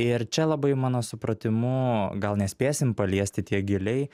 ir čia labai mano supratimu gal nespėsim paliesti tiek giliai